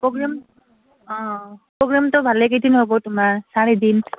programme অঁ প্ৰগ্ৰেমটো ভালেকেইদিন হ'ব তোমাৰ চাৰিদিন